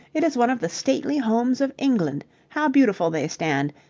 it is one of the stately homes of england how beautiful they stand,